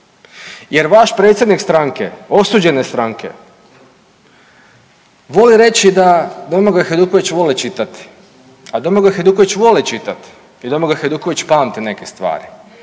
Jer vaš predsjednik stranke, osuđene stranke, voli reći da Domagoj Hajduković voli čitati, a Domagoj Hajduković voli čitati i Domagoj Hajduković pamti neke stvari.